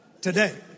today